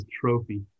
trophy